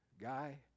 Guy